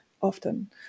often